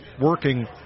working